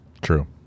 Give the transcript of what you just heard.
True